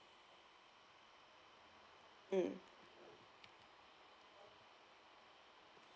mm